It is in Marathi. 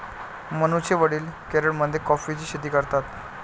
मनूचे वडील केरळमध्ये कॉफीची शेती करतात